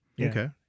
Okay